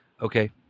Okay